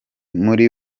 muri